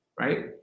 right